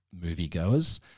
moviegoers